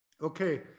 Okay